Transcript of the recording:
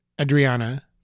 Adriana